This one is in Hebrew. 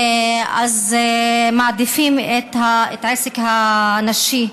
אז מעדיפים את העסק הנשי.